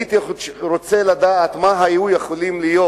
הייתי רוצה לדעת מה היו יכולות להיות